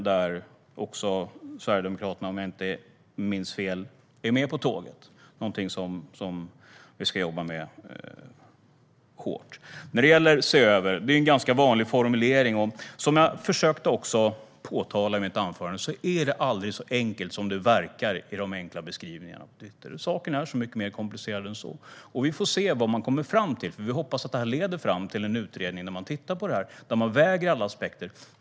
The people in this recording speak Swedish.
Där är också Sverigedemokraterna med på tåget, om jag inte minns fel. Det är någonting som vi ska jobba hårt med. Att se över någonting är en ganska vanlig formulering. Som jag försökte påpeka i mitt anförande är det aldrig så enkelt som det verkar i de enkla beskrivningarna. Saker är så mycket mer komplicerade än så. Vi får se vad man kommer fram till, eftersom vi hoppas att detta leder fram till en utredning där man tittar på detta och väger alla aspekter.